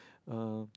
uh